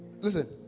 Listen